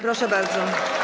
Proszę bardzo.